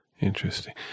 Interesting